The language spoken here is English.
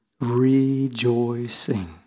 Rejoicing